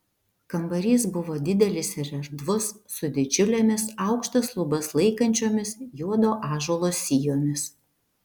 kambarys buvo didelis ir erdvus su didžiulėmis aukštas lubas laikančiomis juodo ąžuolo sijomis